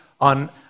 on